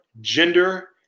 gender